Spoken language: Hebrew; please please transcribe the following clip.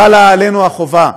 חלה עלינו החובה,